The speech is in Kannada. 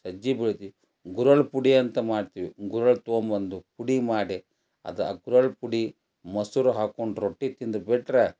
ಸಜ್ಜಿ ಬೆಳಿತೀವಿ ಗುರೆಳ್ಳು ಪುಡಿ ಅಂತ ಮಾಡ್ತೀವಿ ಗುರೆಳ್ಳು ತಗೊಂಡ್ಬಂದು ಪುಡಿ ಮಾಡಿ ಅದು ಕರೆಳ್ಳು ಪುಡಿ ಮೊಸರು ಹಾಕ್ಕೊಂಡು ರೊಟ್ಟಿ ತಿಂದ್ಬಿಟ್ರೆ